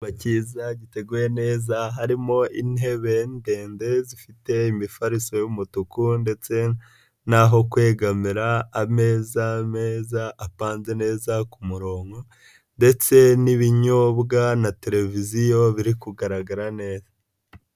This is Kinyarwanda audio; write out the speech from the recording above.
Icyumba cyiza giteguye neza, harimo intebe ndende zifite imifariso y'umutuku ndetse n'aho kwegamira, ameza meza apanze neza ku murongo ndetse n'ibinyobwa na Televiziyo biri kugaragara neza.